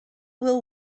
will